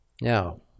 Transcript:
Now